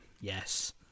Yes